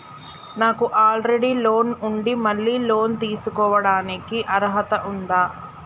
నాకు already loan ఉండి మళ్ళీ లోన్ తీసుకోవడానికి అర్హత ఉందా?